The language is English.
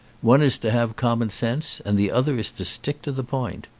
one is to have common-sense and the other is to stick to the point.